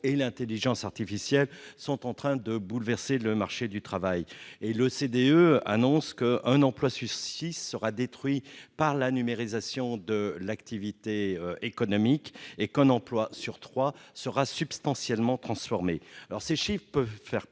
l'intelligence artificielle sont en train de bouleverser le marché du travail. L'OCDE annonce qu'un emploi sur six sera détruit par la numérisation de l'activité économique, et un sur trois substantiellement transformé. Ces chiffres peuvent faire peur,